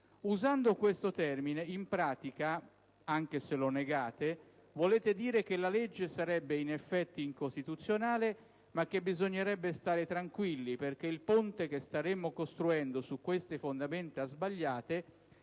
Utilizzando questo termine, in pratica, anche se lo negate, volete dire che la legge sarebbe in effetti incostituzionale, ma che bisogna stare tranquilli perché il ponte che staremmo costruendo su queste fondamenta sbagliate